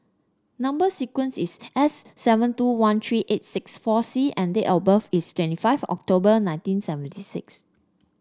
number sequence is S seven two one three eight six four C and date of birth is twenty five October nineteen seventy six